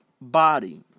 body